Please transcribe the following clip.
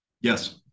Yes